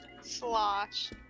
Slosh